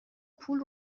پول